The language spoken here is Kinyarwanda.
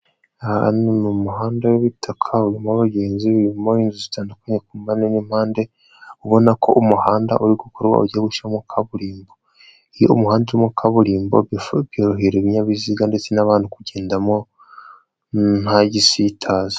Ahantu ni umuhanda w'ibitaka urimo abagenzi, hari inzu zitandukanye ku mpande n'impande ubona ko umuhanda uri gukorwa ugiye gushyirwamo kaburimbo. iyo umuhanda urimo kaburimbo byorohera ibinyabiziga ndetse n'bantu kugendamo ntagisitaza.